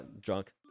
drunk